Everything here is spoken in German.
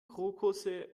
krokusse